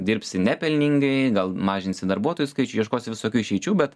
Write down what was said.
dirbsi nepelningai gal mažinsi darbuotojų skaičių ieškosi visokių išeičių bet